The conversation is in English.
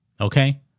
okay